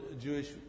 Jewish